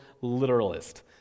literalist